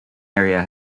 area